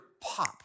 pop